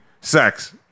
sex